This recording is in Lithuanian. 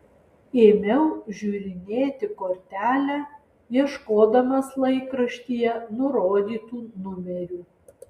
ėmiau žiūrinėti kortelę ieškodamas laikraštyje nurodytų numerių